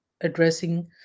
addressing